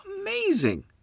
Amazing